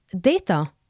data